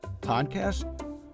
Podcast